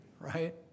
Right